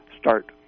start